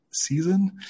season